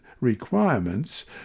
requirements